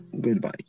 Goodbye